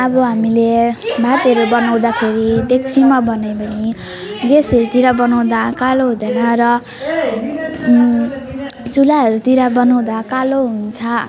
अब हामीले भातहरू बनाउँदाखेरि डेक्चीमा बनाएँ भने ग्यासहरूतिर बनाउँदा कालो हुँदैन र चुल्हाहरूतिर बनाउँदा कालो हुन्छ